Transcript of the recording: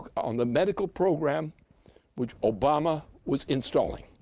on the medical program which obama was installing.